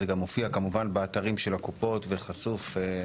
זה גם מופיע כמובן באתרים של הקופות וחשוף.